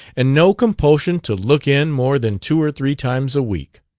and no compulsion to look in more than two or three times a week.